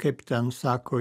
kaip ten sako